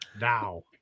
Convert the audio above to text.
Now